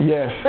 Yes